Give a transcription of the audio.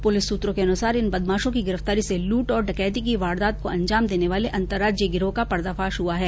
police सूत्रों के अनुसार इन बदमाशों की गिरफ्तारी से लूट और डकैती की वारदात को अंजाम देने वाले अंतर्राज्यीय गिरोह का पर्दाफाश हआ है